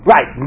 Right